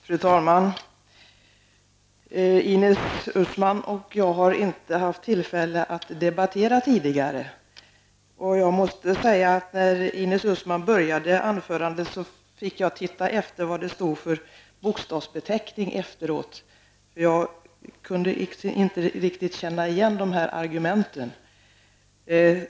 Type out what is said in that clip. Fru talman! Ines Uusmann och jag har inte haft tillfälle att debattera tidigare. Jag måste säga att när Ines Uusmann började sitt anförande fick jag titta efter vilken partibeteckning hon har, eftersom jag inte riktigt kunde känna igen hennes argument.